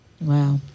Wow